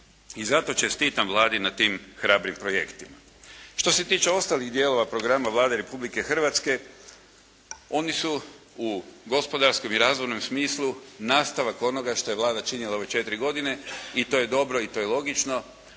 I zato čestitam Vladi na tim hrabrim projektima. Što se tiče ostalih dijelova programa Vlade Republike Hrvatske oni su u gospodarskom i razvojnom smislu nastavak onoga što je Vlada činila ove četiri godine i to je dobro i to je logično,